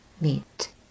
meet